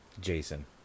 jason